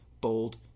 bold